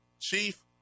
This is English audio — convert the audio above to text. Chief